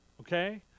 Okay